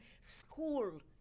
school